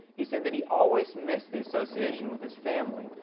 he said that he always missed the association with his family,